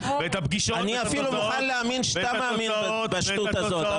אני אפילו מוכן להאמין שאתה מאמין בשטות הזאת,